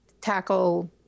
tackle